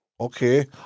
Okay